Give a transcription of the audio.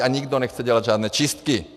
A nikdo nechce dělat žádné čistky!